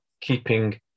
keeping